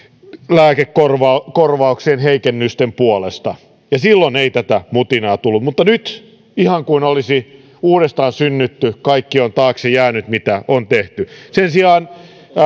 lääkekorvausten heikennyksen puolesta silloin ei tätä mutinaa tullut mutta nyt on ihan kuin olisi uudestaan synnytty kaikki on taakse jäänyt mitä on tehty sen sijaan